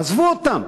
עזבו אותם.